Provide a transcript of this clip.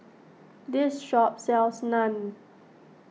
this shop sells Naan